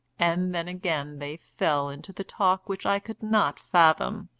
and then again they fell into the talk which i could not fathom.